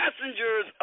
passengers